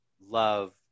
love